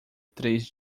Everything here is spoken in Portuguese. três